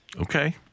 Okay